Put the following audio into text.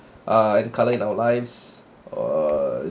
uh and colour in our lives or